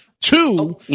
Two